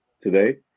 today